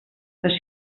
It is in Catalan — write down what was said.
les